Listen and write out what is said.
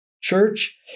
Church